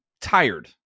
tired